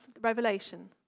Revelation